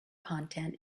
content